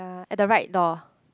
uh at the right door